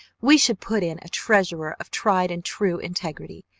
we should put in a treasurer of tried and true integrity.